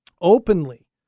openly